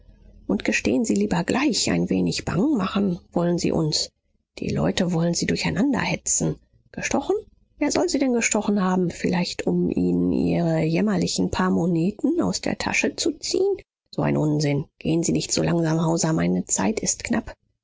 und gestehen sie lieber gleich ein wenig bange machen wollen sie uns die leute wollen sie durcheinander hetzen gestochen wer soll sie denn gestochen haben vielleicht um ihnen ihre jämmerlichen paar moneten aus der tasche zu ziehen so ein unsinn gehen sie nicht so langsam hauser meine zeit ist knapp